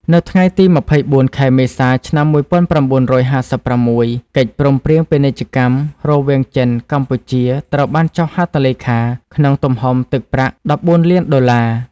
នៅថ្ងៃទី ២៤ ខែមេសា ឆ្នាំ១៩៥៦ កិច្ចព្រមព្រៀងពាណិជ្ជកម្មរវាងចិនកម្ពុជាត្រូវបានចុះហត្ថលេខាក្នុងទំហំទឹកប្រាក់ ១៤ លានដុល្លារ។